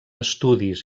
estudis